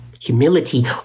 Humility